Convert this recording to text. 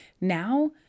Now